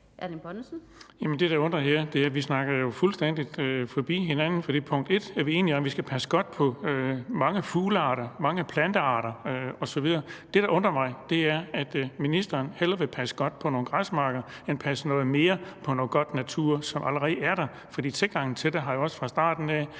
Erling Bonnesen. Kl. 17:11 Erling Bonnesen (V): Vi snakker fuldstændig forbi hinanden, for vi er enige om, at vi skal passe godt på mange fuglearter, mange plantearter osv. Men det, der undrer mig, er, at ministeren hellere vil passe godt på nogle græsmarker end at passe noget mere på noget god natur, som allerede er der. Tilgangen fra ministerens side har fra starten af